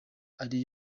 ari